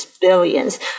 billions